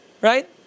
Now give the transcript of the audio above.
Right